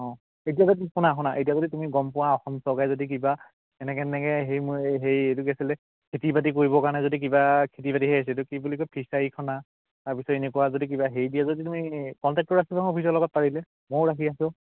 অঁ এতিয়া যদি শুনা শুনা এতিয়া যদি তুমি গম পোৱা অসম চৰকাৰে যদি কিবা এনেকৈ তেনেকৈ হেৰি মোৰ হেৰি এইটো কি আছিলে খেতি বাতি কৰিবৰ কাৰণে যদি কিবা খেতি বাতিহে আহিছে এইটো কি বুলি কয় ফিছাৰী খন্দা তাৰপিছত এনেকুৱা যদি কিবা হেৰি দিয়ে যদি তুমি কণ্টেক্টটো ৰাখিবাচোন অফিচৰ লগত পাৰিলে ময়ো ৰাখি আছোঁ